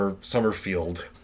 Summerfield